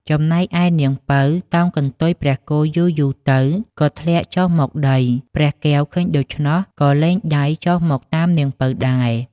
ចំណែកឯនាងពៅតោងកន្ទុយព្រះគោយូរៗទៅ ក៏ធ្លាក់ចុះមកដី ព្រះកែវឃើញដូច្នោះក៏លែងដៃចុះមកតាមនាងពៅដែរ។